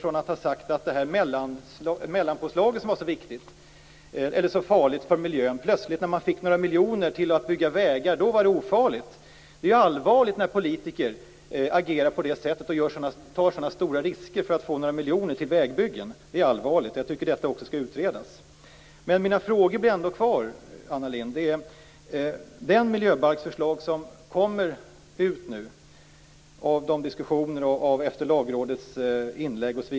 Man sade att mellanpåslaget var farligt för miljön. Men plötsligt, när man fick några miljoner för att bygga vägar, var det ofarligt. Det är allvarligt när politiker agerar på det sättet och tar sådana stora risker för att få några miljoner till vägbyggen. Det är allvarligt, och jag tycker att detta också skall utredas. Mina frågor kvarstår, Anna Lindh. Det gäller det miljöbalksförslag som kommer ut av diskussioner och efter lagrådets inlägg.